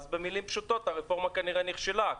אז במילים פשוטות הרפורמה כנראה נכשלה.